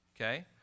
Okay